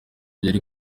yari